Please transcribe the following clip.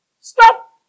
Stop